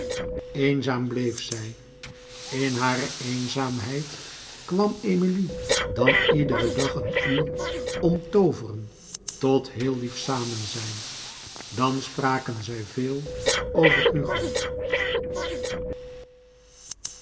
eenzaam bleef zij in hare eenzaamheid kwam emilie dan iederen dag een uur omtooveren tot heel lief samen zijn dan spraken zij veel over hugo